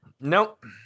Nope